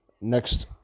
next